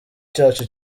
cyacu